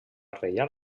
reial